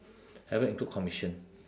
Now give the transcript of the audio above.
haven't include commission